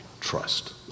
trust